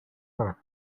her